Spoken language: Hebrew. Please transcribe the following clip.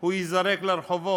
הוא ייזרק לרחוב.